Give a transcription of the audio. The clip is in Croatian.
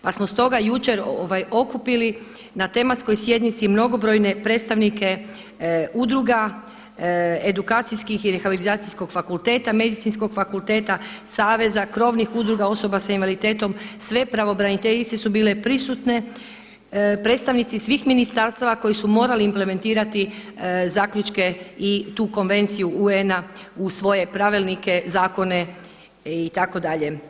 Pa smo stoga jučer okupili na tematskoj sjednici mnogobrojne predstavnike udruga, edukacijskih i rehabilitacijskog fakulteta, Medicinskog fakulteta, saveza, krovnih udruga, osoba sa invaliditetom, sve pravobraniteljice su bile prisutne, predstavnici svih ministarstava koji su morali implementirati zaključke i tu Konvenciju UN-a u svoje pravilnike, zakone itd.